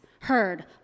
heard